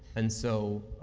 and so,